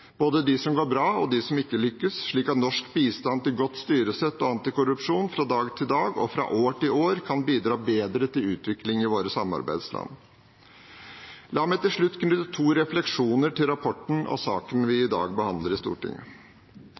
både de som går bra, og de som ikke lykkes, slik at norsk bistand til godt styresett og antikorrupsjon fra dag til dag og fra år til år kan bidra bedre til utvikling i våre samarbeidsland. La meg til slutt knytte to refleksjoner til rapporten og saken vi i dag behandler i Stortinget.